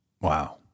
Wow